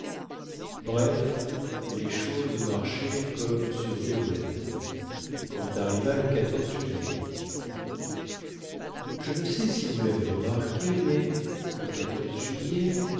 bref les choses marchaient comme sur déroulède quand arriva le juillet je ne sais si vous lavez remarqué mais le juillet